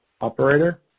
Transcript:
operator